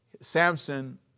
Samson